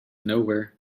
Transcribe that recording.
nowhere